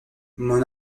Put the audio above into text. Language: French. mon